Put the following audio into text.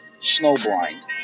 Snowblind